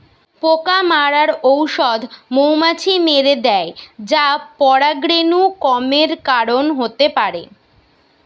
পোকা মারার ঔষধ মৌমাছি মেরে দ্যায় যা পরাগরেণু কমের কারণ হতে পারে